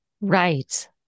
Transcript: right